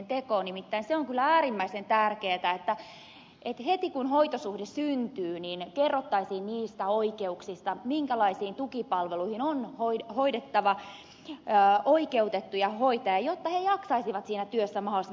nimittäin se on kyllä äärimmäisen tärkeää että heti kun hoitosuhde syntyy kerrottaisiin niistä oikeuksista minkälaisiin tukipalveluihin hoitajat ovat oikeutettuja jotta he jaksaisivat siinä työssä mahdollisimman pitkään